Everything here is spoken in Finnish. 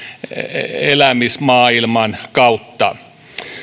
elämismaailman kautta